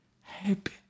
happy